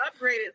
upgraded